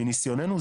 מניסיוננו,